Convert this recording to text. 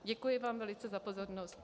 Děkuji vám velice za pozornost.